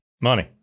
Money